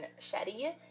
Shetty